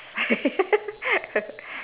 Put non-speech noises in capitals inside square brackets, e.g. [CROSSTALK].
[LAUGHS]